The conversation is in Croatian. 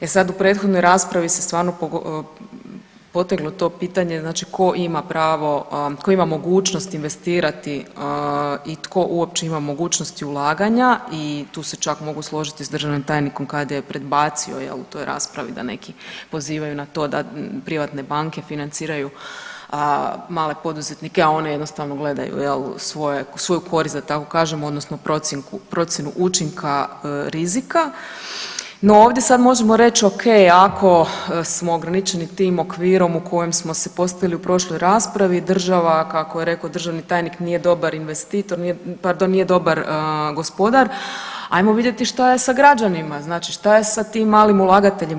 E sad, u prethodnoj raspravi se stvarno poteglo to pitanje znači tko ima pravo, tko ima mogućnosti investirati i tko uopće ima mogućnosti ulaganja, i tu se čak mogu složiti s državnim tajnikom kad je predbacio, jel, u toj raspravi da neki pozivaju na to da privatne banke financiraju male poduzetnike a one jednostavno gledaju svoju korist, da tako kažemo odnosno procjenu učinka rizika, no ovdje sad možemo reći ok, ako smo ograničeni tim okvirom u kojem smo se postavili u prošloj raspravi, država kako je rekao državni tajnik nije dobar investitor, pardon, nije dobar gospodar, ajmo vidjeti šta je sa građanima, znači šta je sa tim malim ulagateljima.